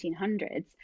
1800s